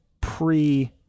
pre